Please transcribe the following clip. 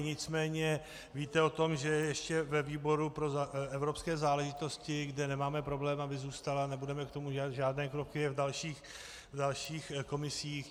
Nicméně víte o tom, že je ještě ve výboru pro evropské záležitosti, kde nemáme problém, aby zůstala, nebudeme k tomu dělat žádné kroky v dalších komisích.